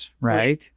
right